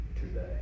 today